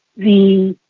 the